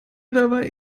dabei